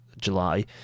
July